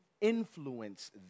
influence